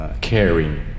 caring